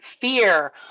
fear